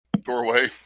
doorway